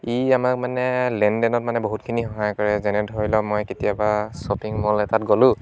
ই আমাৰ মানে লেনদেনত মানে বহুতখিনি সহায় কৰে যেনে ধৰি লওক মই কেতিয়াবা শ্বপিং মল এটাত গ'লো